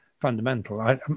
fundamental